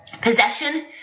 possession